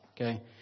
Okay